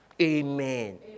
Amen